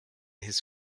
his